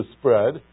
spread